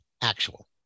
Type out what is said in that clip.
actual